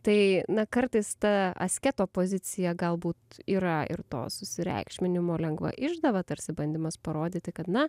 tai na kartais ta asketo pozicija galbūt yra ir to susireikšminimo lengva išdava tarsi bandymas parodyti kad na